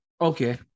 Okay